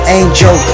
angel